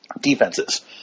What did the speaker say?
defenses